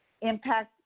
impact